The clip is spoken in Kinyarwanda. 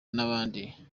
n’abandi